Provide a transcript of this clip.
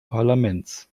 parlaments